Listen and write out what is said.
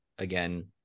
Again